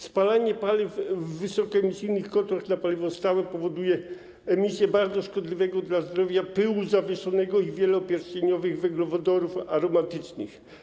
Spalanie paliw w wysokoemisyjnych kotłach na paliwo stałe powoduje emisję bardzo szkodliwego dla zdrowia pyłu zawieszonego i wielopierścieniowych węglowodorów aromatycznych.